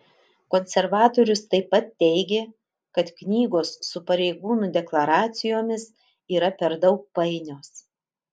konservatorius taip pat teigė kad knygos su pareigūnų deklaracijomis yra per daug painios